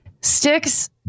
sticks